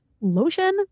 lotion